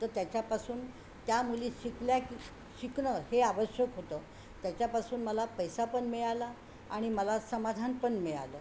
तर त्याच्यापासून त्या मुली शिकल्या की शिकणं हे आवश्यक होतं त्याच्यापासून मला पैसा पण मिळाला आणि मला समाधान पण मिळालं